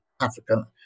African